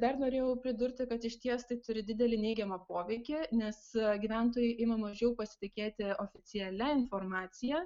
dar norėjau pridurti kad išties tai turi didelį neigiamą poveikį nes gyventojai ima mažiau pasitikėti oficialia informacija